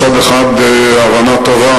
מצד אחד, הבנה טובה